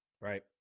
right